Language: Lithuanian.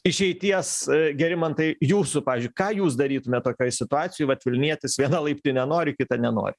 išeities gerimantai jūsų pavyzdžiui ką jūs darytumėt tokioj situacijoj vat vilnietis viena laiptinė nori kita nenori